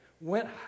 went